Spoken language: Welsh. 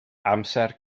amser